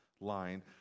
line